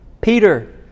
Peter